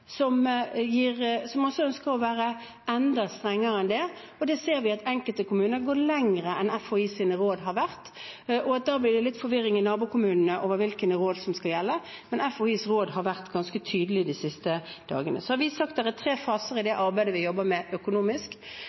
som ønsker å være enda strengere, og vi ser at enkelte kommuner går lenger enn bare å følge Folkehelseinstituttets råd, og at det da blir litt forvirring i nabokommunen over hvilke råd som skal gjelde. Men Folkehelseinstituttets råd har vært ganske tydelige de siste dagene. Vi har sagt at det er tre faser i arbeidet vi jobber med økonomisk.